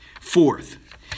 Fourth